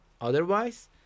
otherwise